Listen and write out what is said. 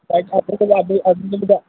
ଭାଇ ଆଜି ଦିନ ଟା